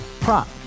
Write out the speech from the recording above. prop